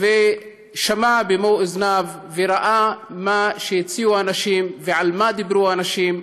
ושמע במו אוזניו וראה מה שהציעו אנשים ועל מה דיברו אנשים